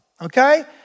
okay